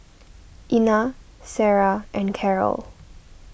Ina Sara and Carol